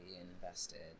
invested